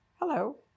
Hello